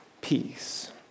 peace